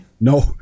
no